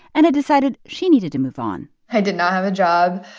and had decided she needed to move on i did not have a job.